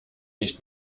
nicht